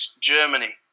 Germany